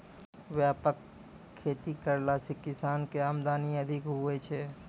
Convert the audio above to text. व्यापक खेती करला से किसान के आमदनी अधिक हुवै छै